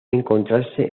encontrarse